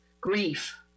grief